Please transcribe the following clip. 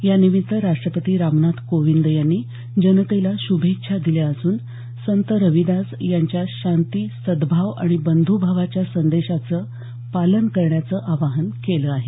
यानिमित्त राष्ट्रपती रामनाथ कोविंद यांनी जनतेला शुभेच्छा दिल्या असून संत रविदास यांच्या शांति सद्दाव आणि बंध्भावाच्या संदेशाचं पालन करण्याचं आवाहन केलं आहे